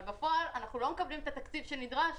אבל בפועל אנחנו לא מקבלים את התקציב הנדרש.